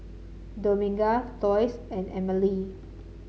Dominga Lois and Emelie